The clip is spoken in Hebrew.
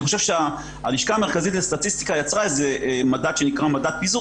אני חושב שהלשכה המרכזית לסטטיסטיקה יצרה מדד שנקרא מדד פיזור